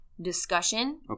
discussion